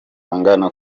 angana